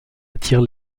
attire